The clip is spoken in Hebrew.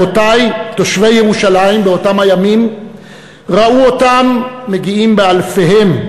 אבותי תושבי ירושלים באותם הימים ראו אותם מגיעים באלפיהם,